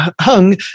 hung